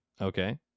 okay